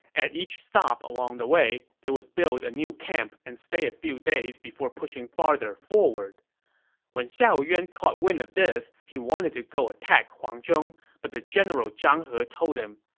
at each stop along the way, they would build a new camp and stay a few days before pushing farther forward when xiahou yuan got wind of this, he wanted to go attack huang zhong, but the general zhang he told him,